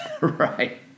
Right